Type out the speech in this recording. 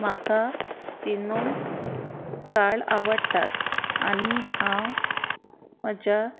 म्हाका तिनूंक काळ आवडटात आनी हांव म्हज्या